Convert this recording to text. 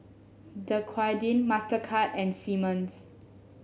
Dequadin Mastercard and Simmons